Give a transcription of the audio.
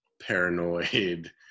paranoid